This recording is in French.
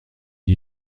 dit